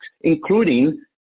including